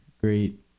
Great